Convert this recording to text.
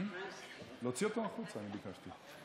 להוציא אותו החוצה, אני ביקשתי.